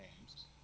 names